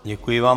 Děkuji vám.